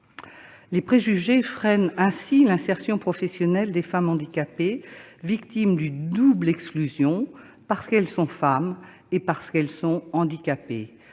Les préjugés freinent ainsi l'insertion professionnelle des femmes handicapées, victimes d'une double exclusion, parce qu'elles sont femmes et parce qu'elles sont handicapées.